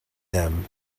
them